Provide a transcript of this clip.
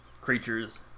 creatures